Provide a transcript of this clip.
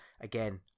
again